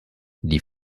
die